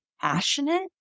passionate